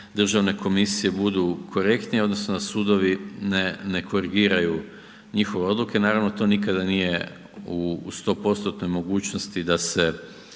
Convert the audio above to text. državne komisije budu korektnije odnosno da sudovi ne korigiraju njihove odluke, naravno to nikada nije u 100%-tnoj mogućnosti da se